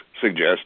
suggest